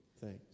thanks